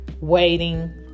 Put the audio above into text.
waiting